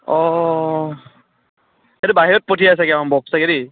অঁ এইটো বাহিৰত পঠিয়াই চাগৈ সম্ভৱ চাগৈ দেই